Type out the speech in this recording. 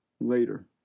Later